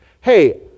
Hey